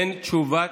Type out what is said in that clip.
אין תשובת,